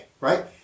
right